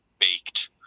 baked